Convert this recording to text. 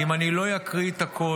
הוא חייב להקריא את הכול.